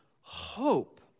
hope